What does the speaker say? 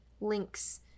links